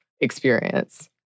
experience